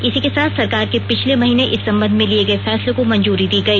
इसी के साथ सरकार के पिछले महीने इस संबंध में लिये गये फैसले को मंजूरी दी गई